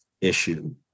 issue